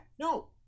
No